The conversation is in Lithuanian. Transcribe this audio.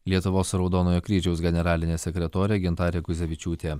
lietuvos raudonojo kryžiaus generalinė sekretorė gintarė guzevičiūtė